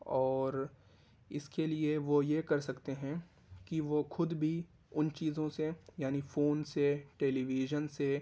اور اس کے لیے وہ یہ کر سکتے ہیں کہ وہ خود بھی ان چیزوں سے یعنی فون سے ٹیلی ویژن سے